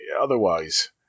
Otherwise